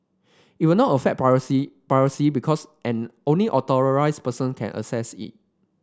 it will not affect privacy privacy because and only authorised person can access it